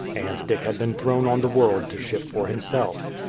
and dick had been thrown on the world to shift for himself.